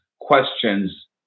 questions